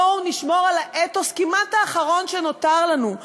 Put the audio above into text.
בואו נשמור על האתוס כמעט האחרון שנותר לנו,